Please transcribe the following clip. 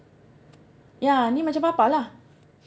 yeah ni macam papa lah